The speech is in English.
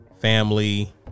family